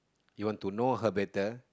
you want to know her better